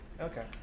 Okay